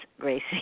Gracie